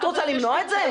את רוצה למנוע את זה?